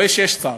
אני רואה שיש שר.